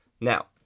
Now